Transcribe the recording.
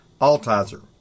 Altizer